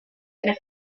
and